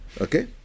Okay